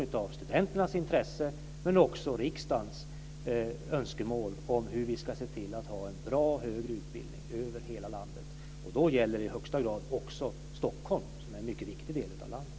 Det ska vara studenternas intressen men också riksdagens önskemål om att vi ska se till att ha en bra högre utbildning över hela landet. Det gäller i högsta grad även Stockholm, som är en mycket viktig del av landet.